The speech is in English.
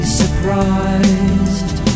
surprised